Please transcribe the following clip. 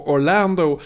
Orlando